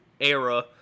era